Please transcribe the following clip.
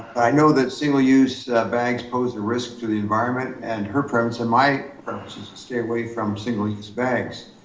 i know that single use bags pose the risk to the environment and her premise, and my premise is to stay away from single use bags.